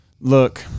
Look